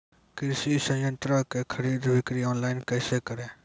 कृषि संयंत्रों की खरीद बिक्री ऑनलाइन कैसे करे?